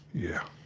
yeah